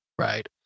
Right